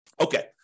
Okay